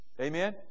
Amen